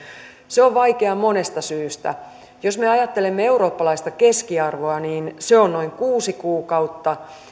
se on vaikea monesta syystä jos me ajattelemme eurooppalaista keskiarvoa niin se on noin kuusi kuukautta